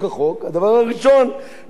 לאסוף מקסימום נתונים,